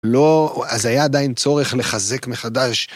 לא, אז היה עדיין צורך לחזק מחדש.